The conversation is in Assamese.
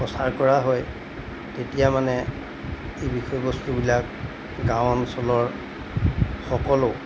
প্ৰচাৰ কৰা হয় তেতিয়া মানে এই বিষয়বস্তুবিলাক গাঁও অঞ্চলৰ সকলো